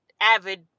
avid